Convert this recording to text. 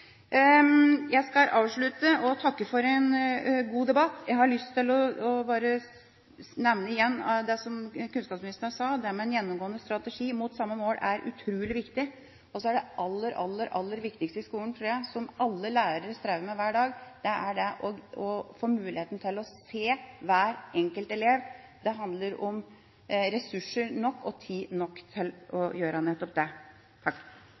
Jeg skal avslutte og takke for en god debatt. Jeg har lyst til å nevne igjen det kunnskapsministeren sa, om at en gjennomgående strategi mot samme mål er utrolig viktig. Og så er det aller viktigste i skolen, tror jeg, og som alle lærere strever med hver dag, å få mulighet til å se hver enkelt elev. Det handler om ressurser nok og tid nok til å gjøre nettopp det.